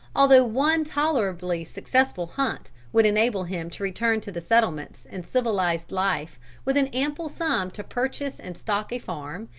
although one tolerably successful hunt would enable him to return to the settlements and civilised life with an ample sum to purchase and stock a farm,